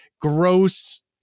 gross